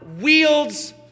wields